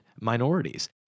minorities